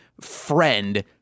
friend